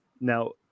now